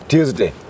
Tuesday